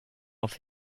off